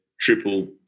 triple